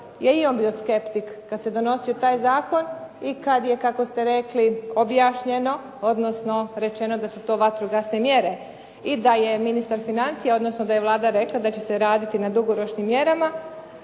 je i on bio skeptik kad se donosio taj zakon i kad je kako ste rekli objašnjeno odnosno rečeno da su to vatrogasne mjere i da je ministar financija odnosno da je Vlada rekla da će se raditi na dugoročnim mjerama.